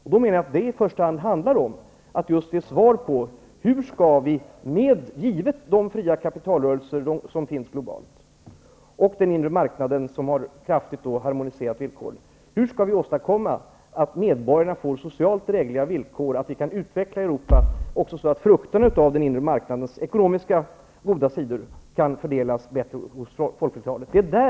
Jag menar att det i första hand handlar om att man måste ge svar på hur vi, med givet de fria kapitalrörelser som finns globalt och den inre marknaden som kraftigt har harmoniserat villkoren, skall åstadkomma att medborgarna får socialt drägliga villkor, så att vi kan utveckla Europa så att också frukterna av den inre marknadens ekonomiska goda sidor kan fördelas bättre hos folkflertalet.